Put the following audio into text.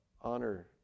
honor